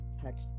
touch